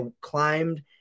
climbed